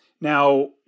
Now